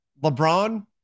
LeBron